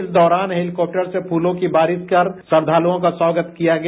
इस दौरान हेलीकॉप्टर से फूलों की बारिश कर श्रद्वालुओं का स्वागत किया गया